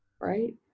Right